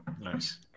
Nice